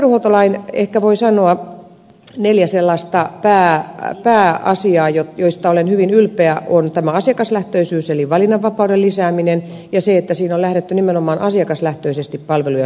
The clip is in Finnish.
terveydenhuoltolain ehkä voi sanoa neljä sellaista pääasiaa joista olen hyvin ylpeä ovat ensinnäkin tämä asiakaslähtöisyys eli valinnanvapauden lisääminen ja se että siinä on lähdetty nimenomaan asiakaslähtöisesti palveluja suunnittelemaan